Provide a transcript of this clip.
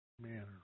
manner